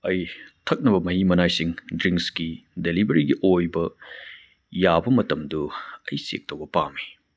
ꯑꯩ ꯊꯛꯅꯕ ꯃꯍꯤ ꯃꯅꯥꯏꯁꯤꯡ ꯗꯔꯏꯡꯁꯒꯤ ꯗꯦꯂꯤꯕꯔꯤꯒꯤ ꯑꯣꯏꯕ ꯌꯥꯕ ꯃꯇꯝꯗꯨ ꯑꯩ ꯆꯦꯛ ꯇꯧꯕ ꯄꯥꯝꯃꯤ